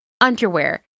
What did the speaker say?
underwear